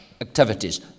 activities